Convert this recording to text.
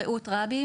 רעות רבי,